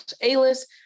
A-List